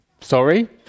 Sorry